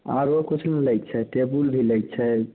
आरो किछु ने लैके छै टेबुल भी लैके छै